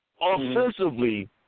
offensively